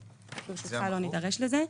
ברשותך, לא נידרש לזה.